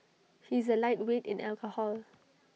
he is A lightweight in alcohol